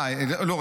לא,